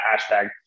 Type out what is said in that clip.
hashtag